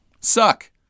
suck